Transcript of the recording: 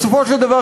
בסופו של דבר,